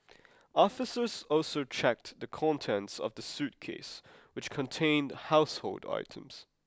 officers also checked the contents of the suitcase which contained household items